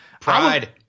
pride